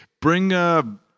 bring